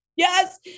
Yes